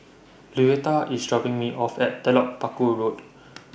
Luetta IS dropping Me off At Telok Paku Road